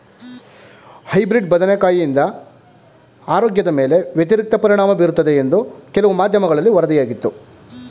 hybrid ಬದನೆಕಾಯಿಂದ ಆರೋಗ್ಯದ ಮೇಲೆ ವ್ಯತಿರಿಕ್ತ ಪರಿಣಾಮ ಬೀರುತ್ತದೆ ಎಂದು ಕೆಲವು ಮಾಧ್ಯಮಗಳಲ್ಲಿ ವರದಿಯಾಗಿತ್ತು